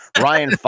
Ryan